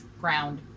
ground